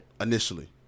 Initially